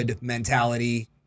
mentality